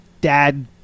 dad